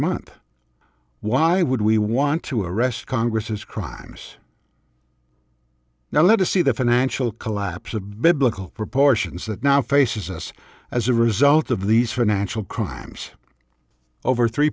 month why would we want to arrest congress's crimes now let us see the financial collapse of biblical proportions that now faces us as a result of these financial crimes over three